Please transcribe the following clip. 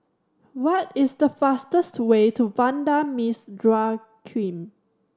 what is the fastest way to Vanda Miss Joaquim